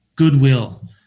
goodwill